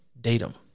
datum